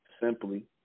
simply